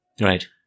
Right